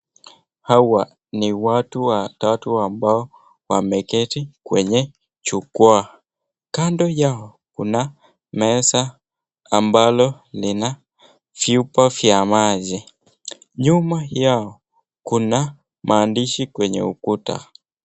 Hawa ni watu watatu ambao wameketi kwenye jukwaa kando yao kuna meza ambalo lina vyupa vya maji. Nyuma yao kuna maandishi kwa ukuta.